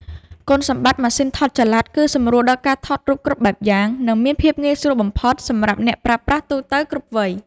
គុណសម្បត្តិម៉ាស៊ីនថតចល័តគឺសម្រួលដល់ការថតរូបគ្រប់បែបយ៉ាង និង មានភាពងាយស្រួលបំផុតសម្រាប់អ្នកប្រើប្រាស់ទូទៅគ្រប់វ័យ។